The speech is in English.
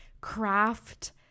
craft